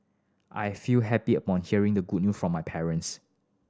I feel happy upon hearing the good new from my parents